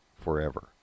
forever